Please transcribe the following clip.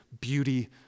beauty